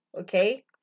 okay